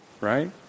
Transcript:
Right